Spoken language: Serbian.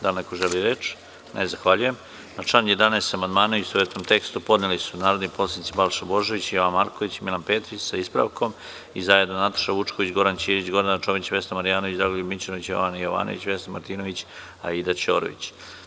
Da li neko želi reč? (Ne.) Na član 11. amandmane, u istovetnom tekstu, podneli su narodni poslanici Balša Božović, Jovan Marković, Milan Petrić, sa ispravkom, i zajedno Nataša Vučković, Goran Ćirić, Gordana Čomić, Vesna Marjanović, Dragoljub Mićunović, Jovana Jovanović, Vesna Martinović i Aida Ćorović.